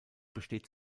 besteht